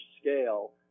scale